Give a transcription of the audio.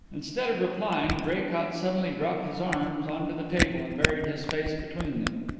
instead of replying draycott suddenly dropped his arms on to the table and buried his face between them.